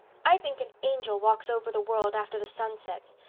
i think an angel walks over the world after the sun sets.